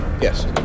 Yes